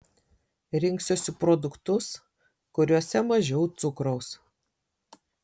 rinksiuosi produktus kuriuose mažiau cukraus